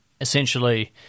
essentially